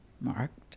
marked